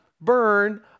burn